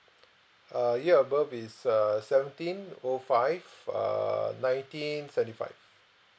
uh ya birth is err seventeen O five err nineteen seventy five